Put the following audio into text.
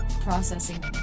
processing